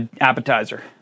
Appetizer